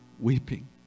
Weeping